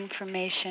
information